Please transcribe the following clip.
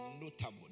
notable